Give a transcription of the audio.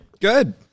Good